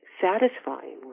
satisfyingly